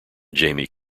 jamie